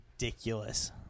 ridiculous